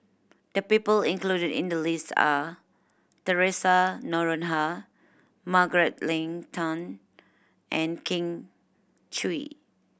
the people included in the list are Theresa Noronha Margaret Leng Tan and Kin Chui